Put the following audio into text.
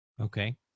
Okay